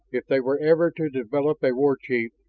if they were ever to develop a war chief,